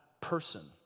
person